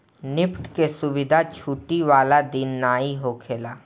NEFT के सुविधा छुट्टी वाला दिन नाइ होखेला